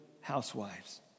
housewives